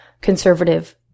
conservative